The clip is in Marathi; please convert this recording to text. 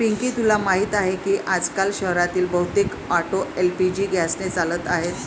पिंकी तुला माहीत आहे की आजकाल शहरातील बहुतेक ऑटो एल.पी.जी गॅसने चालत आहेत